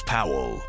Powell